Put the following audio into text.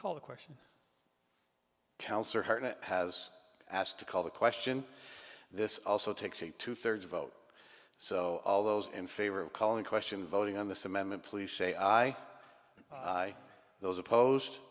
call the question has asked to call the question this also takes a two thirds vote so all those in favor of calling question voting on this amendment please say i those opposed